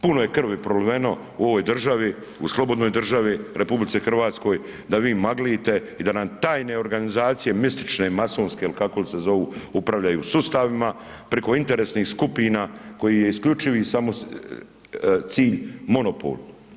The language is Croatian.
Puno je krvi proliveno u ovoj državi, u slobodnoj državi RH da vi maglite i da nam tajne organizacije mistične masonske ili kako li se zovu upravljaju sustavima preko interesnih skupina koji je isključivi samo cilj monopol.